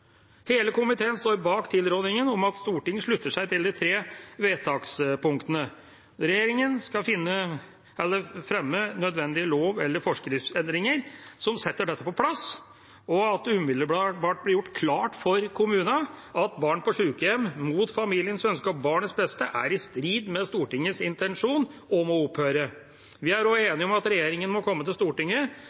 Hele komiteen står bak tilrådingen om at Stortinget slutter seg til de tre vedtakspunktene: Regjeringa skal fremme nødvendige lov- eller forskriftsendringer som setter dette på plass, og det skal umiddelbart bli gjort klart for kommunene at barn på sykehjem mot familiens ønske og barnets beste er i strid med Stortingets intensjon, og må opphøre. Vi er også enige om at regjeringa må komme til Stortinget